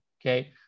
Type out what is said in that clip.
okay